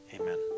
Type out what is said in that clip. amen